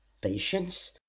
patience